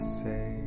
say